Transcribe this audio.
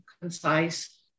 concise